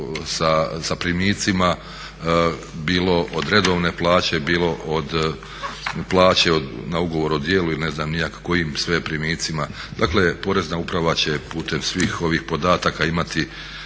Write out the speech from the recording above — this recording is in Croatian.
sa primicima bilo od redovne plaće, bilo od plaće na ugovor o djelu ili ne znam ni ja kojim sve primicima. Dakle Porezna uprava će putem svim ovih podataka imati